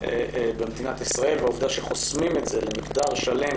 במדינת ישראל, והעובדה שחוסמים את זה למגדר שלם